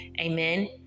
Amen